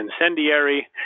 incendiary